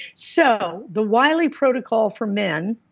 so the wiley protocol for men,